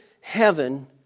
heaven